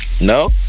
No